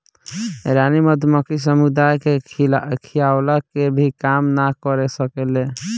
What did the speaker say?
रानी मधुमक्खी समुदाय के खियवला के भी काम ना कर सकेले